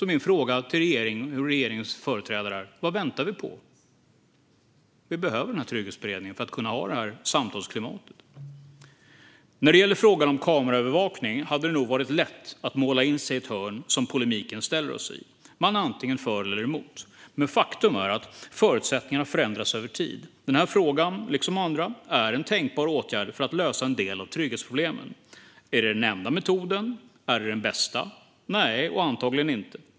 Min fråga till regeringen och dess företrädare är: Vad väntar vi på? Vi behöver denna trygghetsberedning för att kunna ha det här samtalsklimatet. När det gäller frågan om kameraövervakning hade det nog varit lätt att måla in sig i ett hörn som polemiken ställer oss i. Man är antingen för eller emot. Men faktum är att förutsättningarna förändras över tid. Denna fråga, liksom andra, är en tänkbar åtgärd för att lösa en del av trygghetsproblemen. Är det den enda metoden? Är det den bästa? Nej, och antagligen inte.